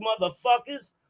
motherfuckers